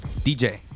DJ